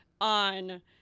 on